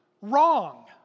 wrong